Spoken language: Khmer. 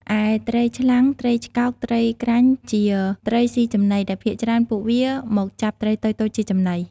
ឯ ត្រីឆ្លាំង ត្រីឆ្កោក និងត្រីក្រាញ់ ជាត្រិសុីចំណី ដែលភាគច្រើនពួកវាមកចាប់ត្រីតូចៗជាចំណី។